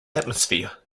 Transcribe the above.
atmosphere